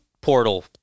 portal